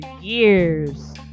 years